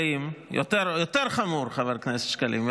מחבלים, יותר חמור, חבר הכנסת שקלים.